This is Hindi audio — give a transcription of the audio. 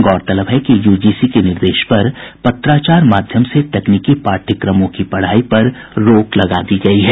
गौरतलब है कि यूजीसी के निर्देश पर पत्राचार माध्यम से तकनीकी पाठ्यक्रमों की पढ़ाई पर रोक लगा दी गयी है